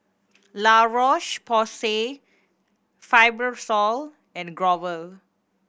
La Roche Porsay Fibrosol and Growell